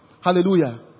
Hallelujah